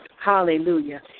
Hallelujah